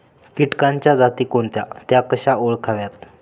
किटकांच्या जाती कोणत्या? त्या कशा ओळखाव्यात?